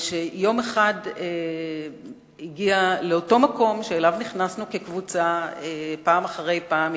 יום אחד היא הגיעה לבדה לאותו מקום שאליו נכנסנו כקבוצה פעם אחר פעם,